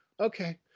Okay